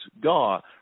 God